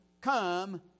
Come